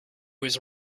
was